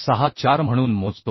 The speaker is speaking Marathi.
64 म्हणून मोजतो